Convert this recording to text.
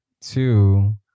Two